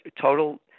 total